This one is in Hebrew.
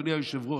אדוני היושב-ראש,